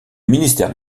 ministère